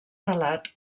relat